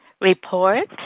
report